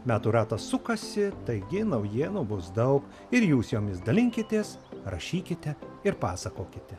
metų ratas sukasi taigi naujienų bus dau ir jūs jomis dalinkitės rašykite ir pasakokite